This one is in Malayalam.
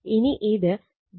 ഇനി ഇത് 0